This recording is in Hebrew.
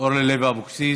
אורלי לוי אבקסיס,